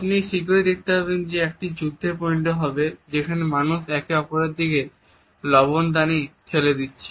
আপনি এটি শীঘ্রই দেখতে পাবেন যে এটি একটি যুদ্ধে পরিণত হবে যেখানে মানুষ একে অপরের দিকে লবণদানি ঠেলে দিচ্ছে